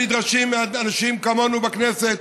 שנדרשים אנשים כמונו בכנסת,